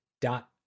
dot